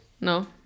No